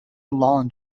long